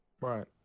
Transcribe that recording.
Right